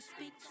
speak